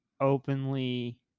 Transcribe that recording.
openly